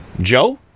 Joe